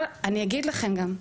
אבל אני אגיד לכם גם,